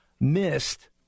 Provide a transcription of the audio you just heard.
missed